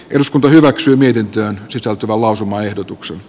eduskunta hyväksyy mietintöön sisältyvä äänestänyt